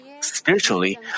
Spiritually